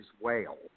whale